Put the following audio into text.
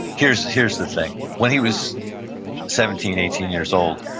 here's here's the thing. when he was seventeen, eighteen years old,